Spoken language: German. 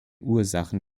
ursachen